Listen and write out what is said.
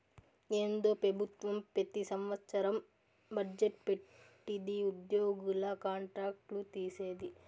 ఏందో పెబుత్వం పెతి సంవత్సరం బజ్జెట్ పెట్టిది ఉద్యోగుల కాంట్రాక్ట్ లు తీసేది